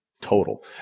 total